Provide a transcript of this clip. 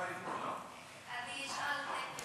אני אשאל תכף,